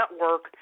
Network